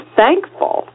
thankful